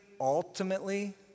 ultimately